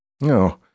No